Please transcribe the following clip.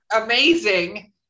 Amazing